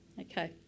Okay